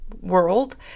world